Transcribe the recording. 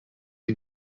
you